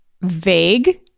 vague